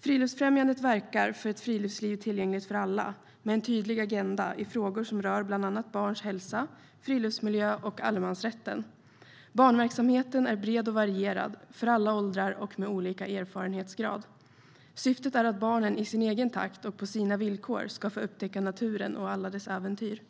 Friluftsfrämjandet verkar för ett friluftsliv tillgängligt för alla, med en tydlig agenda i frågor som rör bland annat barns hälsa, friluftsmiljö och allemansrätten. Barnverksamheten är bred och varierad, för alla åldrar och med olika erfarenhetsgrad. Syftet är att barnen i sin egen takt och på sina egna villkor ska få upptäcka naturen och alla dess äventyr.